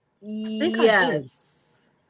Yes